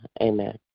Amen